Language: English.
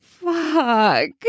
Fuck